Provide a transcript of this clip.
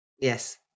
Yes